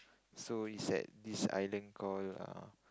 so it's at this island called err